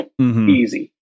Easy